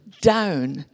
down